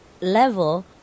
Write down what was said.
level